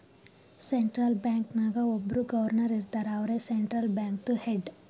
central bank ನಾಗ್ ಒಬ್ಬುರ್ governor ಇರ್ತಾರ ಅವ್ರೇ ಸೆಂಟ್ರಲ್ ಬ್ಯಾಂಕ್ದು ಹೆಡ್